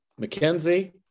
McKenzie